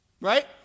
Right